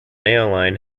airline